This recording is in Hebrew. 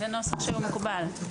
זה נוסח מקובל.